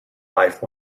life